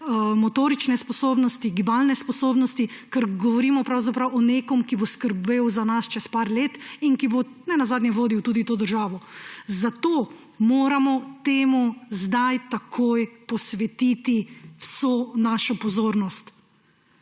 motorične sposobnosti, gibalne sposobnosti, ker govorimo pravzaprav o nekom, ki bo skrbel za nas čez nekaj let in ki bo ne nazadnje vodil tudi to državo. Zato moramo temu zdaj takoj posvetiti vso našo pozornost.